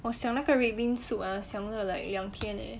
我想那个 red bean soup ah 想了 like 两天 eh